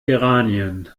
geranien